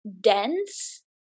dense